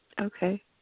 Okay